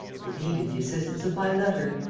it needed the assistance of my letter,